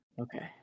okay